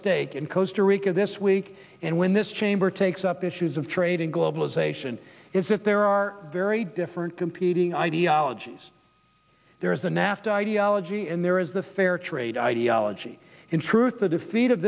stake in costa rica this week and when this chamber takes up issues of trade and globalization is that there are very different competing ideologies there is the nafta ideology and there is the fair trade ideology in truth the defeat of